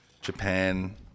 Japan